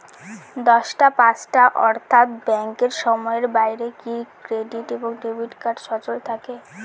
দশটা পাঁচটা অর্থ্যাত ব্যাংকের সময়ের বাইরে কি ক্রেডিট এবং ডেবিট কার্ড সচল থাকে?